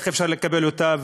אם אפשר לקבל אותה,